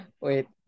Wait